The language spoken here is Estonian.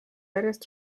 järjest